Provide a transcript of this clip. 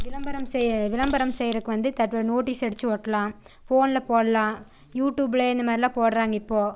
விளம்பரம் செய்ய விளம்பரம் செய்கிறக் வந்து தட்டுற நோட்டிஸ் அடிச்சு ஒட்டலாம் ஃபோனில் போடலாம் யூடூபில் இந்த மாதிரிலாம் போடுறாங்க இப்போ